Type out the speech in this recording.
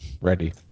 ready